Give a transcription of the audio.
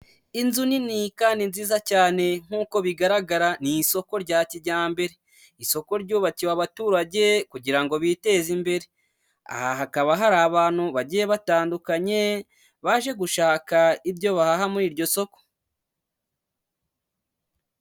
Inzu nini kandi ni nziza cyane, nk'uko bigaragara ni isoko rya kijyambere. Isoko ryubakiwe abaturage kugira ngo biteze imbere. Aha hakaba hari abantu bagiye batandukanye, baje gushaka ibyo bahaha muri iryo soko.